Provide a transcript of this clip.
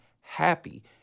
happy